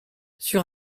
sur